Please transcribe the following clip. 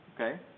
Okay